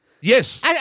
Yes